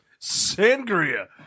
Sangria